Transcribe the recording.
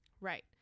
Right